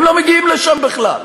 הם לא מגיעים לשם בכלל.